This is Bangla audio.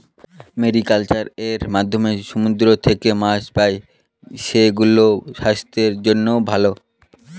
মেরিকালচার এর মাধ্যমে সমুদ্র থেকে মাছ পাই, সেগুলো স্বাস্থ্যের জন্য ভালো